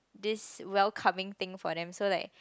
this welcoming thing for them so like